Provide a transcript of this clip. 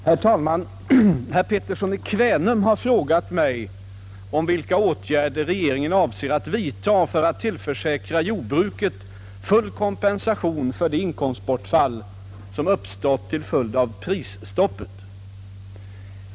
Herr talman! Herr Pettersson i Kvänum har frågat mig om vilka åtgärder regeringen avser att vidtaga för att tillförsäkra jordbruket full kompensation för det inkomstbortfall, som uppstått till följd av prisstoppet.